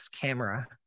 camera